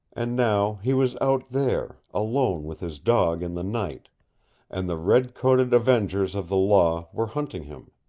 and now he was out there, alone with his dog in the night and the red-coated avengers of the law were hunting him.